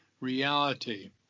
reality